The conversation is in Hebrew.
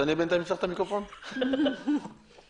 ואני מצטרף לכל המברכים את היושב-ראש,